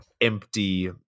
empty